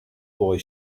boy